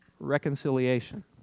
reconciliation